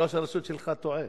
ראש הרשות שלך טועה,